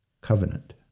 covenant